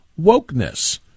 wokeness